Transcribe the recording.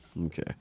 Okay